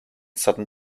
sudden